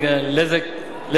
1.4 מיליארד.